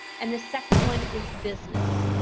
and, the second one is business.